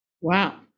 Wow